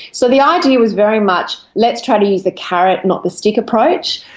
so the idea was very much let's try to use the carrot not the stick approach.